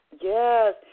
Yes